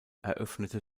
eröffnete